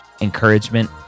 encouragement